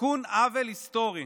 תיקון עוול היסטורי.